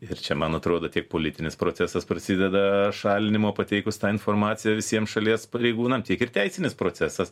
ir čia man atrodo tiek politinis procesas prasideda šalinimo pateikus tą informaciją visiem šalies pareigūnam tiek ir teisinis procesas